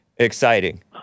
Exciting